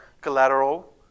Collateral